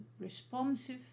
Responsive